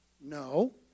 No